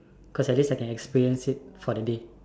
cause at least I can experience it for the day